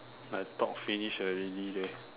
like talk finish already leh